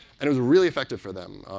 and was really effective for them.